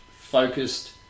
focused